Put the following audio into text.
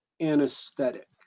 anesthetic